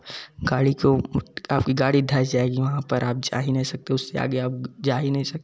गाड़ी को आपकी गाड़ी धंस जाएगी वहाँ पर आप जा ही नहीं सकते हैं उससे आगे जा ही नहीं सकते हैं